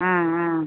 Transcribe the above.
ஆ ஆ